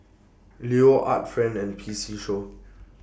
Leo Art Friend and P C Show